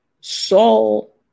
Saul